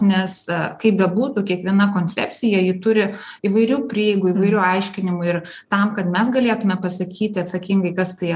nes kaip bebūtų kiekviena koncepcija ji turi įvairių prieigų įvairių aiškinimų ir tam kad mes galėtume pasakyti atsakingai kas tai